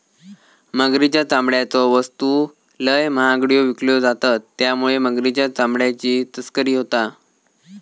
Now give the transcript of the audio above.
मगरीच्या चामड्याच्यो वस्तू लय महागड्यो विकल्यो जातत त्यामुळे मगरीच्या चामड्याची तस्करी होता